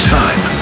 time